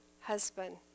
husband